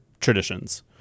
traditions